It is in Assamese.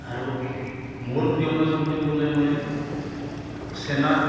আৰু মোৰ প্ৰিয় মাছ বুলি ক'লে মই চেনাৰ